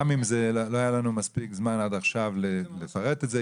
גם אם אין לנו מספיק זמן לפרט את זה,